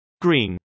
green